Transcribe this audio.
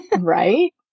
Right